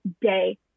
day